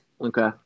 Okay